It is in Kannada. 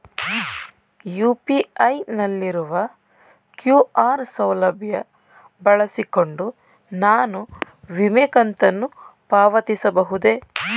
ಯು.ಪಿ.ಐ ನಲ್ಲಿರುವ ಕ್ಯೂ.ಆರ್ ಸೌಲಭ್ಯ ಬಳಸಿಕೊಂಡು ನಾನು ವಿಮೆ ಕಂತನ್ನು ಪಾವತಿಸಬಹುದೇ?